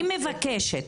אני מבקשת.